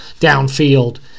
downfield